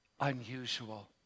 unusual